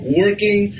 working